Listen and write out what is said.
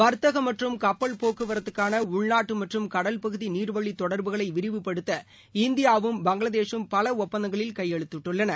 வர்த்தகம் கப்பல் போக்குவரத்துக்கானஉள்நாட்டுமற்றும் மற்றும் கடல் பகுதிநீர்வழிதொடர்புகளைவிரிவுபடுத்த இந்தியாவும் பங்களாதேஷும் பலதப்பந்தங்களில் கையெழுத்திட்டுள்ளன